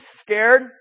scared